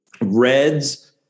Reds